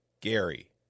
Gary